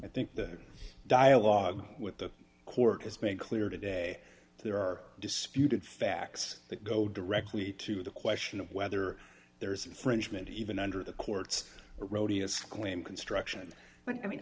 i think the dialogue with the court is made clear today there are disputed facts that go directly to the question of whether there's infringement even under the court's rodeos claim construction but i mean